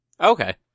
Okay